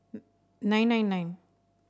nine nine nine